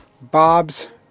Bob's